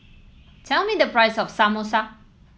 tell me the price of Samosa